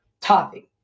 Topic